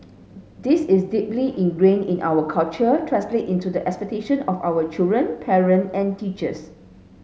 this is deeply ingrained in our culture translated into the expectation of our children parent and teachers